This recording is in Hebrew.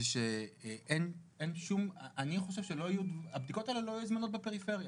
אני חושב שהבדיקות האלה לא יהיו זמינות בפריפריה,